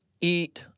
eat